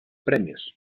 premios